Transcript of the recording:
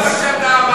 זה מה שאתה אמרת.